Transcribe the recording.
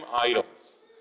idols